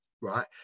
right